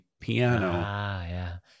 piano